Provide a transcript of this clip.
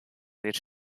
this